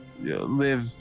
live